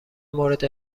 مورد